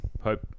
hope